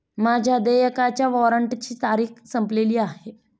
माझ्या देयकाच्या वॉरंटची तारीख संपलेली आहे